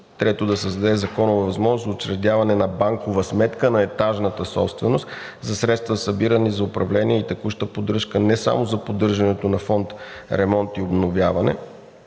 Трето, да създаде законова възможност за учредяване на банкова сметка на етажната собственост за средства, събирани за управление и текуща поддръжка не само за поддържането на фонд „Ремонт и обновяване“.